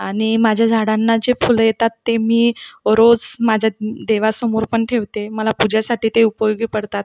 आणि माझ्या झाडांना जी फुलं येतात ते मी रोज माझ्या देवासमोर पण ठेवते मला पूजासाठी ते उपयोगी पडतात